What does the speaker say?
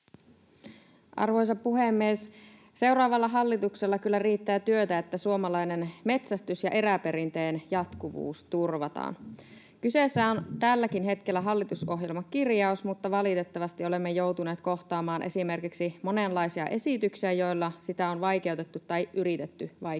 Arvoisa puhemies! Seuraavalla hallituksella kyllä riittää työtä, että suomalainen metsästys ja eräperinteen jatkuvuus turvataan. Kyseessä on tälläkin hetkellä hallitusohjelmakirjaus, mutta valitettavasti olemme joutuneet kohtaamaan esimerkiksi monenlaisia esityksiä, joilla sitä on vaikeutettu tai yritetty vaikeuttaa.